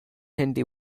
hindi